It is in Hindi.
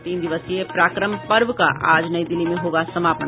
और तीन दिवसीय पराक्रम पर्व का आज नई दिल्ली में होगा समापन